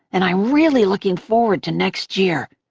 and i'm really looking forward to next year.